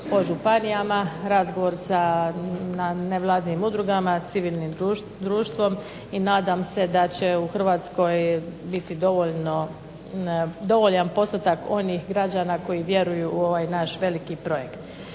po županijama, razgovor sa nevladinim udrugama, civilnim društvom i nadam se da će u Hrvatskoj biti dovoljan postotak onih građana koji vjeruju u ovaj naš veliki projekt.